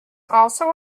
also